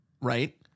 Right